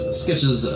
sketches